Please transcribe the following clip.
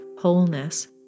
wholeness